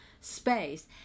space